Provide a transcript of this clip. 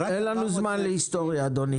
--- אין לנו זמן להיסטוריה, אדוני.